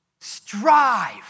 strive